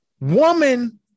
woman